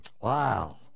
Wow